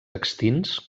extints